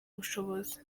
ubushobozi